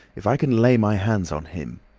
if i can lay my hands on him!